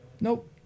Nope